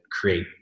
create